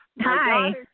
Hi